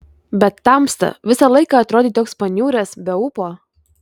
bet tamsta visą laiką atrodei toks paniuręs be ūpo